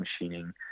machining